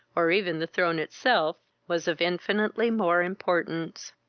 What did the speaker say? or even the throne itself, was of infinitely more importance.